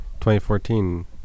2014